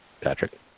Patrick